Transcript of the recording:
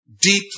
deeply